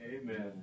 Amen